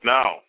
Now